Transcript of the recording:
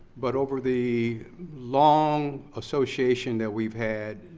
but over the long association that we've had,